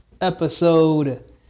episode